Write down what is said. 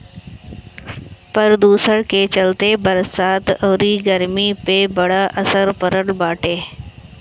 प्रदुषण के चलते बरसात अउरी गरमी पे बड़ा असर पड़ल बाटे